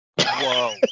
Whoa